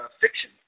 fiction